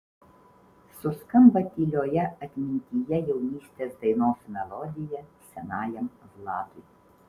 suskamba tylioje atmintyje jaunystės dainos melodija senajam vladui